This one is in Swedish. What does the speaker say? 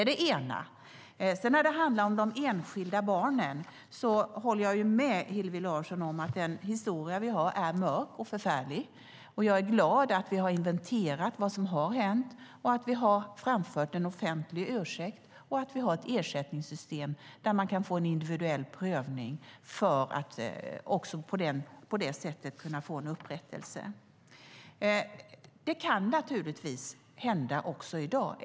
När det sedan handlar om de enskilda barnen håller jag med Hillevi Larsson om att vår historia är mörk och förfärlig. Jag är glad att vi har inventerat vad som har hänt, att vi har framfört en offentlig ursäkt och att vi har ett ersättningssystem där man kan få en individuell prövning för att kunna få upprättelse också på det sättet. Det kan naturligtvis hända även i dag.